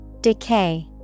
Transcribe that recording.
Decay